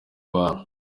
abana